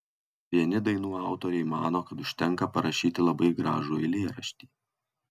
vieni dainų autoriai mano kad užtenka parašyti labai gražų eilėraštį